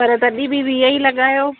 पर तॾहिं बि वीह ई लॻायो